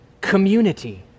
Community